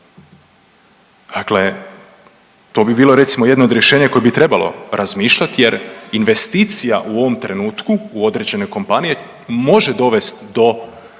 Dakle to bi bilo recimo, jedno od rješenja koje bi trebalo razmišljati jer investicija u ovom trenutku u određenoj kompaniji može dovesti do